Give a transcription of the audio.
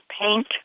paint